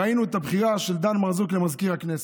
ראינו את הבחירה של דן מרזוק למזכיר הכנסת.